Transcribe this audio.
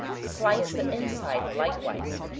slice the inside likewise,